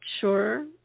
sure